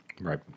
Right